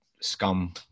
scum